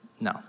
No